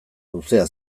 luzea